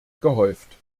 gehäuft